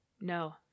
No